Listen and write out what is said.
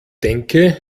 denke